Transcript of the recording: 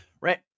right